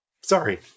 Sorry